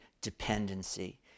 dependency